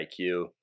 IQ